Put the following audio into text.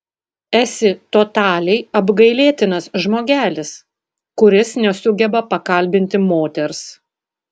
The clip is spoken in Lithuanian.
esi totaliai apgailėtinas žmogelis kuris nesugeba pakalbinti moters